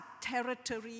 territory